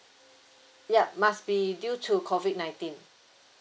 yup must be due to COVID nineteen